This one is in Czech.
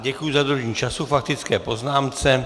Děkuji za dodržení času k faktické poznámce.